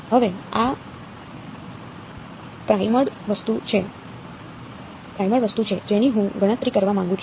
હવે આ પ્રાઈમડ વસ્તુ છે જેની હું ગણતરી કરવા માંગુ છું